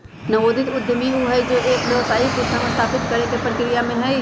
नवोदित उद्यमी ऊ हई जो एक व्यावसायिक उद्यम स्थापित करे के प्रक्रिया में हई